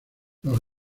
los